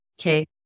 okay